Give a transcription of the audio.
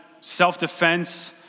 self-defense